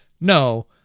no